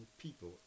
people